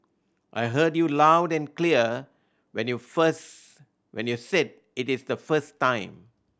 I heard you loud and clear when you first when you said it is the first time